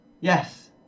Yes